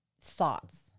thoughts